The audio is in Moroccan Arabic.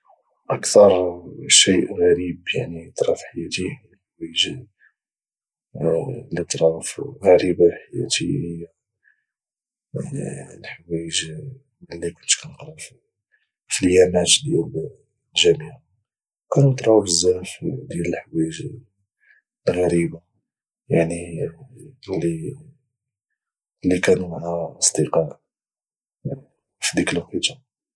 اكثر شيء غريب يعني طرا في حياتي يعني الحوايج اللي طراو غريبة في حياتي هي الحوايج ملي كنت كنقرا في اليامات ديال الجامعة كانو طراو بزاف ديال الحوايج الغريبة يعني اللي كانو مع اصدقاء فديك الوقيتة